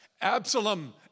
Absalom